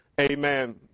Amen